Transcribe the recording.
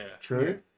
True